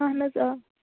اہن حظ آ